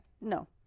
No